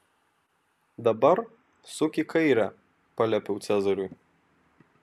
dabar suk į kairę paliepiau cezariui